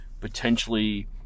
potentially